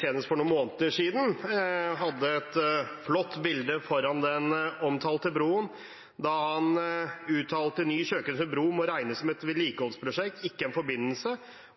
senest for noen måneder siden hadde et flott bilde foran den omtalte broen da han uttalte at ny Kjøkøysund bro må regnes som et vedlikeholdsprosjekt, ikke en forbindelse,